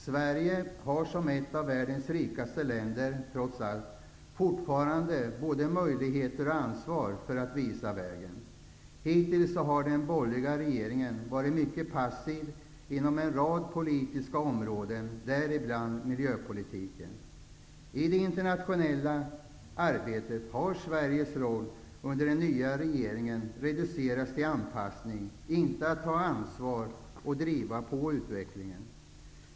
Sverige har som ett av världens rikaste länder, trots allt, fortfarande både möjlighet och ansvar att visa vägen. Hittills har den borgerliga regeringen varit mycket passiv inom en rad politiska områden, däribland miljöpolitiken. I det internationella arbetet har Sveriges roll under den nya regeringen reducerats till anpassning. Vi har inte fått ta ansvar och driva på utvecklingen.